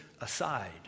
aside